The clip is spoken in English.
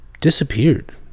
disappeared